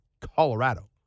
Colorado